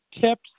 tips